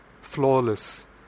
flawless